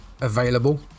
available